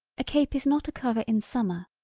a cape is not a cover in summer,